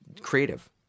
creative